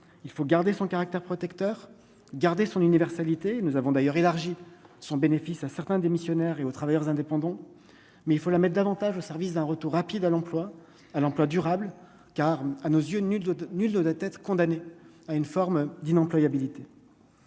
il faut garder son caractère protecteur, garder son universalité, nous avons d'ailleurs élargi son bénéfice à certains démissionnaires et aux travailleurs indépendants, mais il faut la mettre davantage au service d'un retour rapide à l'emploi à l'emploi durable car à nos yeux, nulle, nulle de la tête, condamné à une forme d'une employabilité,